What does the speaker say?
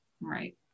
Right